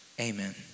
Amen